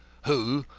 who,